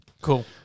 Cool